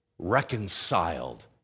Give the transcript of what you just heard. reconciled